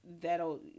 that'll